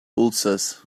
ulcers